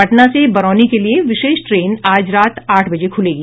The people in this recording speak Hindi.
पटना से बरौनी के लिए विशेष ट्रेन आज रात आठ बजे खुलेगी